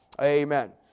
Amen